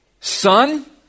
Son